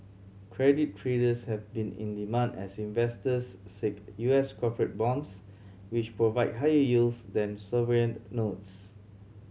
credit traders have been in demand as investors seek U S corporate bonds which provide higher yields than sovereign notes